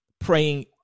praying